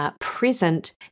Present